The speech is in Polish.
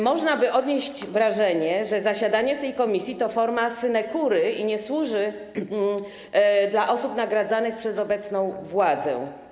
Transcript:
Można by odnieść wrażenie, że zasiadanie w tej komisji to forma synekury dla osób nagradzanych przez obecną władzę.